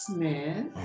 Smith